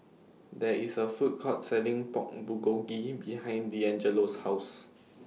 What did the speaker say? There IS A Food Court Selling Pork Bulgogi behind Deangelo's House